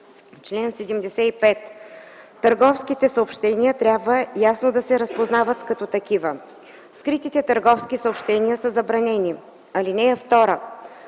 „Чл. 75. (1) Търговските съобщения трябва ясно да се разпознават като такива. Скритите търговски съобщения са забранени. (2)